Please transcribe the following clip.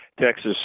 texas